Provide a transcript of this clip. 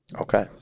Okay